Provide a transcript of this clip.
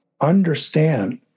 understand